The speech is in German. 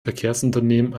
verkehrsunternehmen